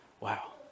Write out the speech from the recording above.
Wow